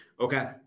Okay